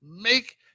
make